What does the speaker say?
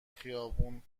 خیابون